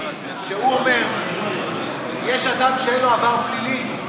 שהוא אומר: אדם שאין לו עבר פלילי,